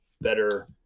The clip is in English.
better